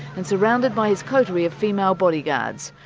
and surrounded by his coterie of female bodyguards,